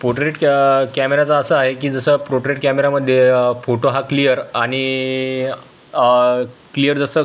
portrait कॅ कॅमेराचं असं आहे की जसं प्रोर्ट्रेट कॅमेरामध्ये फोटो हा क्लियर आणि क्लियर जसं